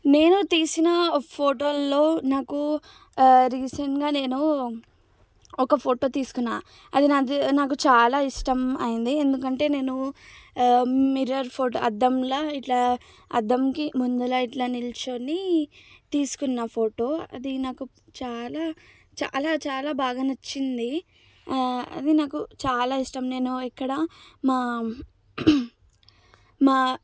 నేను తీసిన ఫోటోల్లో నాకు రీసెంట్గా నేను ఒక ఫోటో తీసుకున్నాను అది నాకు చాలా ఇష్టం అయింది ఎందుకంటే నేను మిర్రర్ ఫోటో అద్దంలో ఇట్లా అద్దంకి మందర ఇట్లా నిలుచొని తీసుకున్న ఫోటో అది నాకు చాలా చాలా చాలా బాగా నచ్చింది అది నాకు చాలా ఇష్టం నేను ఇక్కడ మా మా